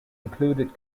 included